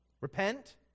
Repent